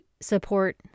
support